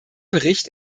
bericht